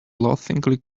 laughingly